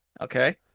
Okay